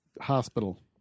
hospital